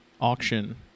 auction